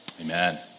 Amen